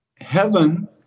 heaven